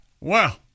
Wow